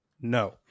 No